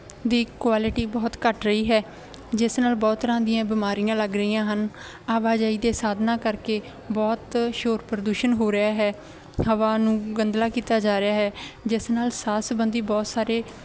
ਦੀ quality ਬਹੁਤ ਘੱਟ ਰਹੀ ਹੈ ਜਿਸ ਨਾਲ ਬਹੁਤ ਤਰ੍ਹਾਂ ਦੀਆਂ ਬਿਮਾਰੀਆਂ ਲੱਗ ਰਹੀਆਂ ਹਨ ਆਵਾਜਾਈ ਦੇ ਸਾਧਨਾਂ ਕਰਕੇ ਬਹੁਤ ਸ਼ੋਰ ਪ੍ਰਦੂਸ਼ਣ ਹੋ ਰਿਹਾ ਹੈ ਹਵਾ ਨੂੰ ਗੰਦਲਾ ਕੀਤਾ ਜਾ ਰਿਹਾ ਹੈ ਜਿਸ ਨਾਲ ਸਾਹ ਸਬੰਧੀ ਬਹੁਤ ਸਾਰੇ